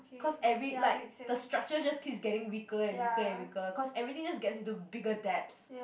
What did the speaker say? cause every like the structure just keeps getting weaker and weaker and weaker cause everything just gets into a bigger debts